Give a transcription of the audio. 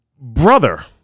brother